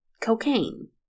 cocaine